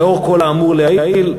לאור כל האמור לעיל,